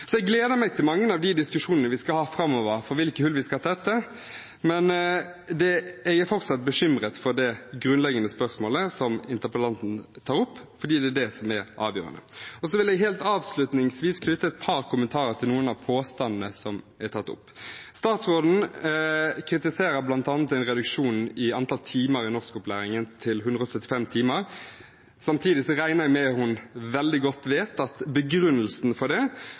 Så jeg gleder meg til mange av de diskusjonene vi skal ha framover om hvilke hull vi skal tette, men jeg er fortsatt bekymret for det grunnleggende spørsmålet som interpellanten tar opp, fordi det er det som er avgjørende. Så vil jeg helt avslutningsvis knytte et par kommentarer til noen av påstandene som er tatt opp. Statsråden kritiserer bl.a. reduksjonen i antall timer i norskopplæringen til 175 timer. Samtidig regner jeg med at hun veldig godt vet at begrunnelsen for det